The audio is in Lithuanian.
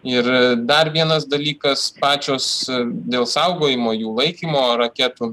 ir dar vienas dalykas pačios dėl saugojimo jų laikymo raketų